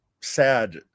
sad